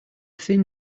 thin